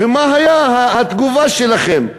ומה הייתה התגובה שלכם.